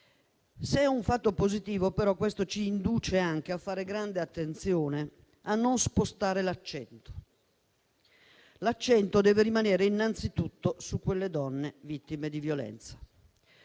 è un fatto positivo, ma ci induce anche a fare grande attenzione a non spostare l'accento, che deve rimanere innanzitutto sulle donne vittime di violenza,